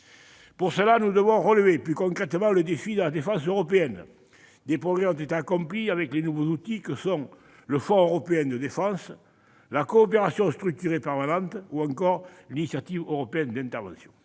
analyse. Nous devons relever plus concrètement le défi de la défense européenne. Des progrès ont été accomplis avec les nouveaux outils que sont le Fonds européen de la défense, la coopération structurée permanente ou encore l'initiative européenne d'intervention.